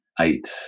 eight